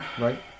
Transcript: Right